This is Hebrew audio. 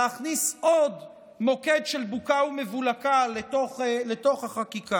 להכניס עוד מוקד של בוקה ומבולקה לתוך החקיקה.